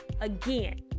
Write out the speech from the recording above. again